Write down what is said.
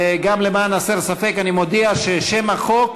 גם למען הסר ספק אני מודיע ששם החוק